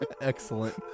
excellent